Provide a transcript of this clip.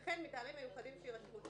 וכן מטעמים מיוחדים שיירשמו,